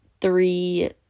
three